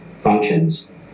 functions